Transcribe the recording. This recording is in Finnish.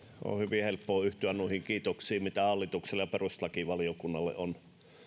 on hyvin helppo yhtyä kiitoksiin mitä hallitukselle ja perustuslakivaliokunnalle on